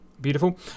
beautiful